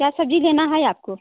क्या सब्जी देना है आपको